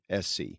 SC